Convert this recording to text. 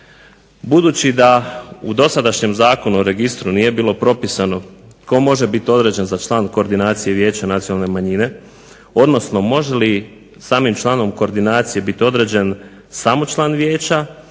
Budući da u dosadašnjem Zakonu o registru nije bilo propisano tko može biti određen za člana koordinacije vijeća nacionalne manjine, odnosno može li samim članom koordinacije biti određen samo član vijeća